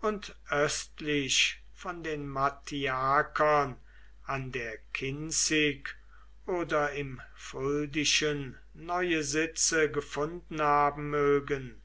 und östlich von den mattiakern an der kinzig oder im fuldischen neue sitze gefunden haben mögen